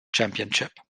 championship